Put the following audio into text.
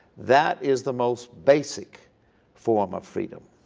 that is the most basic form of freedom.